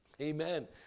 Amen